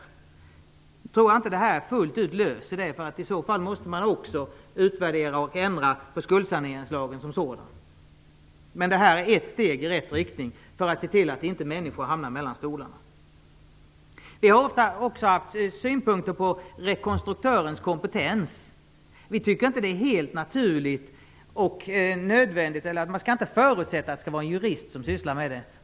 Nu tror jag inte att detta förslag fullt ut löser det problemet. I så fall måste man också utvärdera och ändra skuldsaneringslagen som sådan. Men det är ett steg i rätt riktning för att se till att inte människor hamnar mellan stolarna. Vänsterpartiet har också haft synpunkter på rekonstruktörens kompetens. Vi tycker inte att man skall förutsätta att det skall vara en jurist som sysslar med detta.